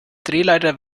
drehleiter